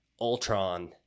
Ultron